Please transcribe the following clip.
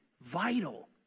Vital